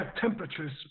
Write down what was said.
temperatures